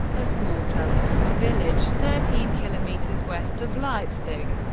a small club from a village thirteen kilometers west of leipzig.